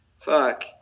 Fuck